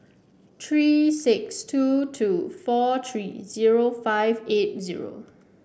three six two two four three zero five eight zero